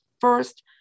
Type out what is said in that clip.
first